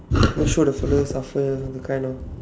make sure the fella suffer that kind of